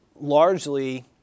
largely